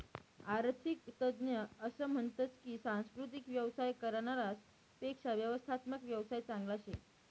आरर्थिक तज्ञ असं म्हनतस की सांस्कृतिक येवसाय करनारास पेक्शा व्यवस्थात्मक येवसाय चांगला शे